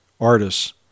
artists